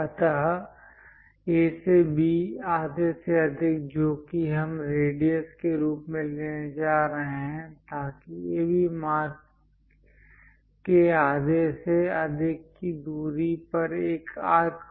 अतः A से B आधे से अधिक जो कि हम रेडियस के रूप में लेने जा रहे हैं ताकि AB मार्क के आधे से अधिक की एक दूरी पर एक आर्क हो